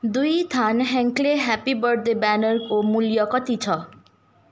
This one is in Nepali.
दुई थान ह्याङ्क्ले हेप्पी बर्थडे ब्यानरको मूल्य कति छ